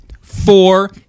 Four